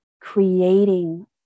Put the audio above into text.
creating